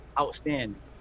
outstanding